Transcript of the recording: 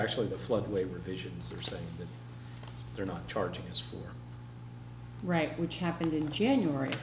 actually the floodway revisions are saying that they're not charging us for right which happened in january